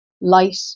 light